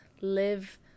live